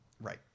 Right